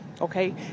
Okay